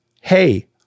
Hey